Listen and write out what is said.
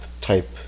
type